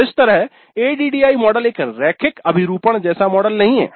तो इस तरह एडीडीआईई मॉडल एक रैखिक अभिरूपण जैसा मॉडल नहीं है